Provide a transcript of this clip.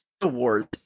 awards